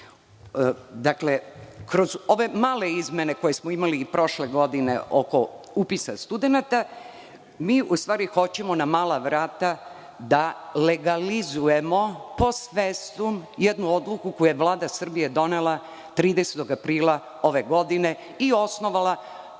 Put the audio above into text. Dakle, kroz ove male izmene koje smo imali prošle godine oko upisa studenata, mi u stvari hoćemo na mala vrata da legalizujemo post festum jednu odluku koju je Vlada Srbije donela 30. aprila ove godine i osnovala